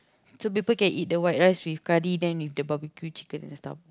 so people can eat the white rice with curry then with the barbecue chicken and stuff